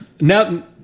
Now